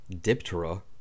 Diptera